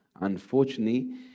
unfortunately